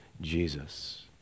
Jesus